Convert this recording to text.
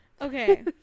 Okay